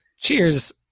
Cheers